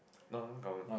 no our